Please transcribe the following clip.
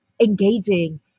engaging